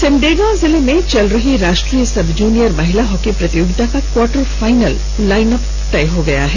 सिमडेगा जिले में चल रही राष्ट्रीय सब जूनियर महिला हॉकी प्रतियोगिता का क्वार्टर फाइनल लाइन अप तय हो गया है